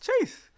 Chase